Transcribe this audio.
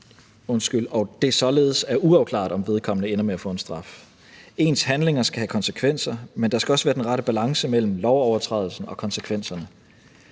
forbrydelse og det således er uafklaret, om vedkommende ender med at få en straf. Ens handlinger skal have konsekvenser, men der skal også være den rette balance mellem lovovertrædelsen og konsekvenserne.